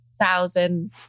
thousand